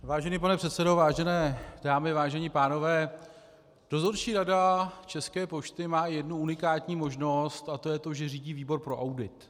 Vážený pane předsedo, vážené dámy, vážení pánové, dozorčí rada České pošty má i jednu unikátní možnost, a to je to, že řídí výbor pro audit.